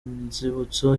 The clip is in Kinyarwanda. nzibutso